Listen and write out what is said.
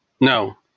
No